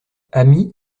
amis